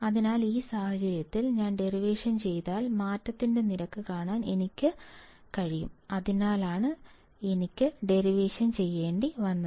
അതിനാൽ ഈ സാഹചര്യത്തിൽ ഞാൻ ഡെറിവേഷൻ ചെയ്താൽ മാറ്റത്തിന്റെ നിരക്ക് കാണാൻ എനിക്ക് കാണാൻ കഴിയും അതിനാലാണ് എനിക്ക് ഡെറിവേഷൻ ചെയ്യേണ്ടിവന്നത്